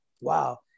wow